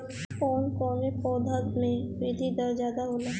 कवन कवने पौधा में वृद्धि दर ज्यादा होला?